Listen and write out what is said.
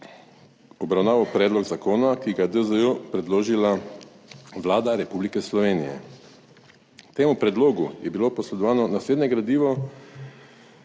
obravnaval predlog zakona, ki ga je DZ predložila Vlada Republike Slovenije. Temu predlogu je bilo posredovano naslednje gradivo;